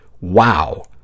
Wow